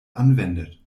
anwendet